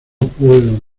puedo